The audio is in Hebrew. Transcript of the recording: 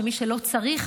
שמי שלא צריך,